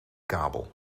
kabel